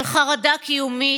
של חרדה קיומית,